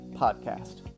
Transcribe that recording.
podcast